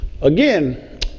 Again